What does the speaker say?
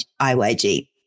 IYG